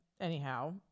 anyhow